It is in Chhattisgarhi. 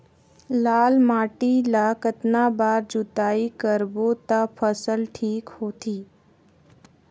लाल माटी ला कतना बार जुताई करबो ता फसल ठीक होती?